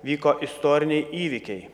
vyko istoriniai įvykiai